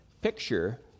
picture